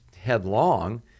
headlong